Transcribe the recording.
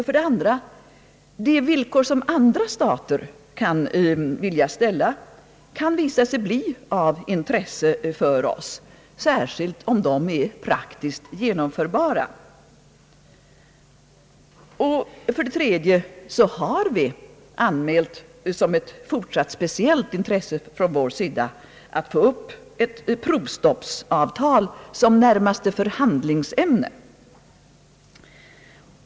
För det andra kan de villkor som andra stater vill ställa visa sig bli av intresse för oss, särskilt om de är praktiskt genomförbara. För det tredje har vi anmält som ett fortsatt speciellt intresse från vår sida att ta upp ett provstoppsavtal som närmaste förhandlingsämne.